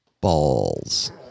balls